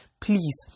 Please